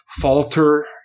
falter